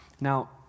Now